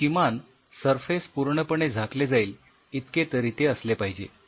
पण किमान सरफेस पूर्णपणे झाकले जाईल इतके तरी ते असले पाहिजे